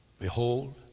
Behold